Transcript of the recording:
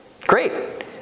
Great